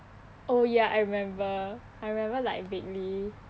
oh ya I remember I remember like vaguely